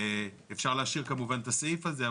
אפשר להשאיר כמובן את הסעיף הזה,